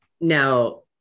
now